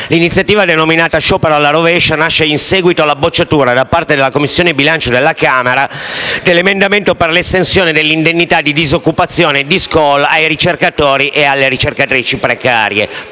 L'iniziativa, denominata «Sciopero alla rovescia», nasce in seguito alla bocciatura da parte della Commissione bilancio della Camera dell'emendamento per l'estensione dell'indennità di disoccupazione (DIS-COLL) ai ricercatori e alle ricercatrici precarie.